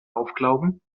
aufklauben